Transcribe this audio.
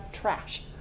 trash